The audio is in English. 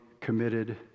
committed